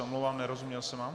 Omlouvám se, nerozuměl jsem vám.